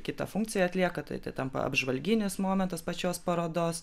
kitą funkciją atlieka tai tampa apžvalginis momentas pačios parodos